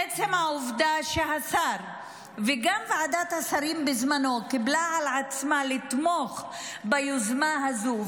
עצם העובדה שהשר וגם ועדת השרים בזמנה קיבלה על עצמה לתמוך ביוזמה הזו,